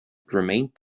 remained